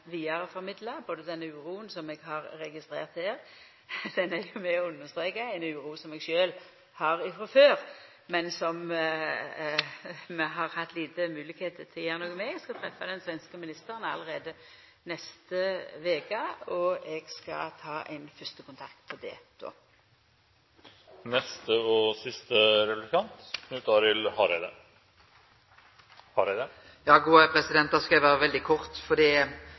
vidare den uroa som eg har registrert her. Det er – det vil eg understreka – ei uro som eg sjølv har frå før, men som vi har hatt få moglegheiter til å gjera noko med. Eg skal treffa den svenske ministeren allereie neste veke, og eg skal ta ein fyrste kontakt om det då. Eg skal vere veldig kort, for det